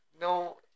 no